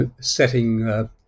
setting